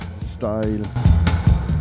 style